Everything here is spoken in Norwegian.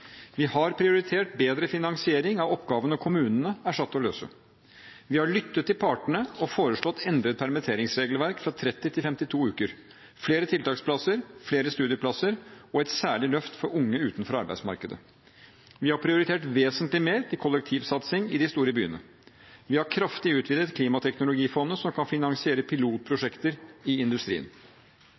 Vi har prioritert bedre finansiering av oppgavene kommunene er satt til å løse. Vi har lyttet til partene og foreslått endret permitteringsregelverk fra 30 til 52 uker, flere tiltaksplasser, flere studieplasser og et særlig løft for unge utenfor arbeidsmarkedet. Vi har prioritert vesentlig mer til kollektivsatsing i de store byene. Vi har kraftig utvidet klimateknologifondet, som kan finansiere pilotprosjekter i industrien.